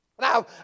Now